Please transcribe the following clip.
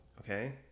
Okay